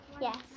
Yes